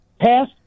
Pass